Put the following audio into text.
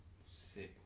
six